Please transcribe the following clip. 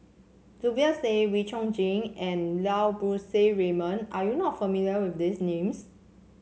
Zubir Said Wee Chong Jin and Lau Poo Seng Raymond are you not familiar with these names